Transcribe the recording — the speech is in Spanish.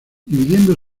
dividiendo